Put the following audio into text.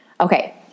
Okay